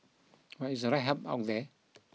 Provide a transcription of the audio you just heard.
but is the right help out there